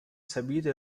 stabilito